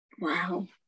Wow